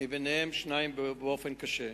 וביניהם שניים באופן קשה.